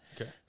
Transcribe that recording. Okay